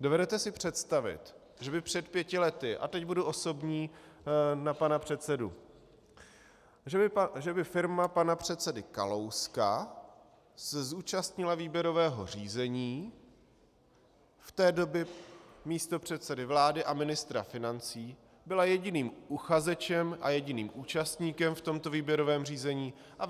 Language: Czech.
Dovedete si představit, že by před pěti lety, a teď budu osobní na pana předsedu, že by firma pana předsedy Kalouska se zúčastnila výběrového řízení, v té době místopředsedy vlády a ministra financí, byla jediným uchazečem a jediným účastníkem v tomto výběrovém řízení a